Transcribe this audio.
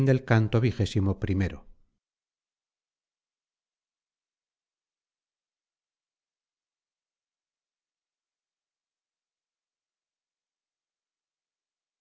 del canto en